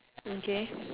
okay